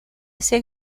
ese